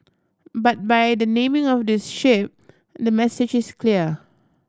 but by the naming of this ship the message is clear